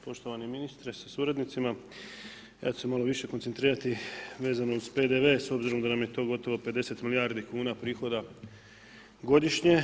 Poštovani ministre sa suradnicima, ja ću se malo više koncentrirati vezano uz PDV, s obzirom da nam je to gotovo 50 milijardi kuna prihoda godišnje.